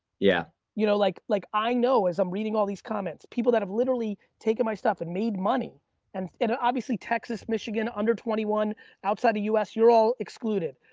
yeah. you know like like i know as i'm reading all these comments, people that have literally taken my stuff and made money and obviously texas, michigan, under twenty one outside of u s, you're all excluded.